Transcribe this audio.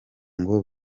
ngo